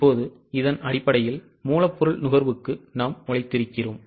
இப்போது இதன் அடிப்படையில் மூலப்பொருள் நுகர்வுக்கு நாம் உழைத்திருக்கிறோம்